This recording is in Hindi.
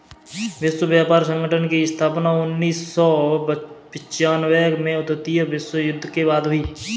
विश्व व्यापार संगठन की स्थापना उन्नीस सौ पिच्यानबें में द्वितीय विश्व युद्ध के बाद हुई